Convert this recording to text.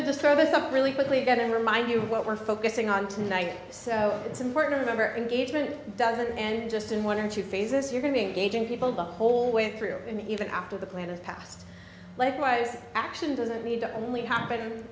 just throw this up really quickly got to remind you what we're focusing on tonight so it's important to remember engagement doesn't and just in one or two phases you're going to engage in people the whole way through and even after the plan is passed likewise action doesn't need to only happen